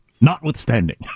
notwithstanding